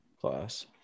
class